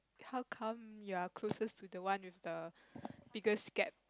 how come you are closest to the one with the biggest gap